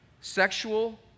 sexual